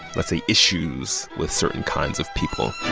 let's say, issues with certain kinds of people